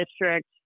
district